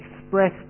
express